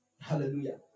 Hallelujah